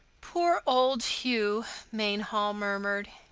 poor old hugh, mainhall murmured.